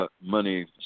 money